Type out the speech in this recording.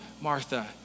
Martha